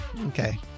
okay